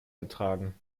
getragen